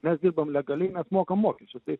mes dirbam legaliai mes mokam mokesčius tai